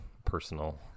personal